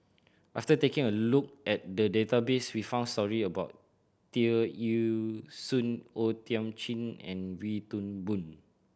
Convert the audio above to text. after taking a look at the database we found story about Tear Ee Soon O Thiam Chin and Wee Toon Boon